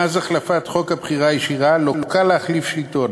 מאז החלפת חוק הבחירה הישירה, לא קל להחליף שלטון,